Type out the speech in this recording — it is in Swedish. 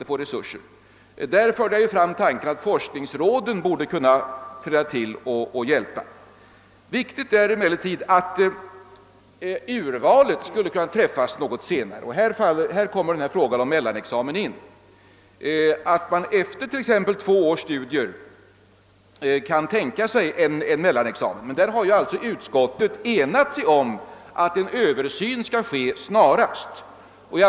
Det var i detta sammanhang jag förde fram tanken att forskningsråden borde kunna träda in och hjälpa. Viktigt är emellertid att urvalet skall kunna ske något senare, och här kommer frågan om mellanexamen in i bilden; man skulle alltså efter exempelvis två års studier kunna tänka sig en mellanexamen. Men på den punkten har utskottet enat sig om att skriva att en översyn bör ske snarast.